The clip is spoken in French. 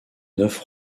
neuf